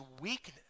weakness